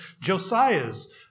Josiah's